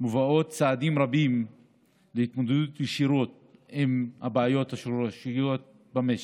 מובאים צעדים רבים להתמודדות ישירה עם הבעיות השורשיות במשק.